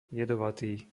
jedovatý